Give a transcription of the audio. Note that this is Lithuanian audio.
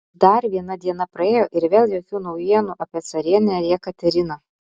dar viena diena praėjo ir vėl jokių naujienų apie carienę jekateriną